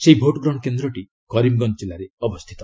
ସେହି ଭୋଟ୍ ଗ୍ରହଣକେନ୍ଦ୍ରଟି କରିମଗଞ୍ଜ ଜିଲ୍ଲାରେ ଅବସ୍ଥିତ